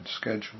schedule